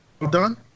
Done